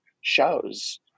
shows